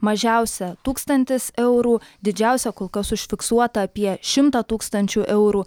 mažiausia tūkstantis eurų didžiausia kol kas užfiksuota apie šimtą tūkstančių eurų